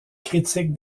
critique